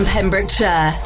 Pembrokeshire